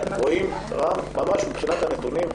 מבחינת הנתונים,